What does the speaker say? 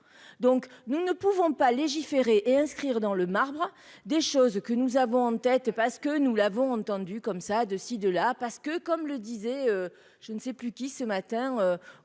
donc nous ne pouvons pas légiférer et inscrire dans le marbre des choses que nous avons en tête parce que nous l'avons entendu comme ça, de ci de là parce que, comme le disait je ne sais plus qui, ce matin, ou